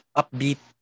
upbeat